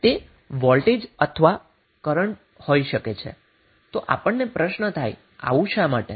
તે વોલ્ટેજ અથવા તો કરન્ટ હોઈ શકે છે તો આપણને પ્રશ્ન થાય એવું શા માટે